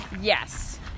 Yes